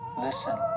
Listen